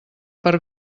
per